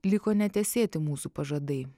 liko netesėti mūsų pažadai